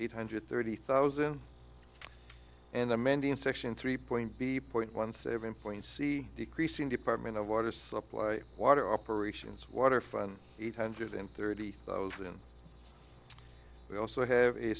eight hundred thirty thousand and amending section three point b point one seven point c decreasing department of water supply water operations water fund eight hundred and thirty seven we also have a